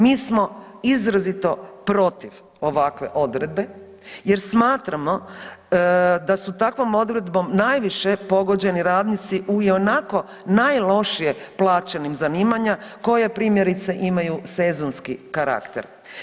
Mi smo izrazito protiv ovakve odredbe jer smatramo da su takvom odredbom najviše pogođeni radnici u i onako najlošije plaćenim zanimanjima koje primjerice imaju sezonski karakter.